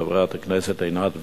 של חברת הכנסת עינת וילף: